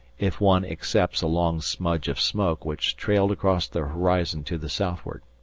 if one excepts a long smudge of smoke which trailed across the horizon to the southward.